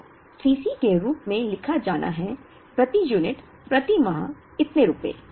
तो Cc के रूप में लिखा जाना है प्रति यूनिट प्रति माह इतने रुपये